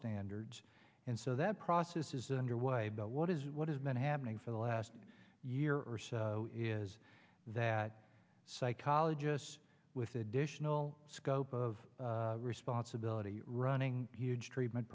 standards and so that process is underway what is what has been happening for the last year or so is that psychologists with additional scope of responsibility running huge treatment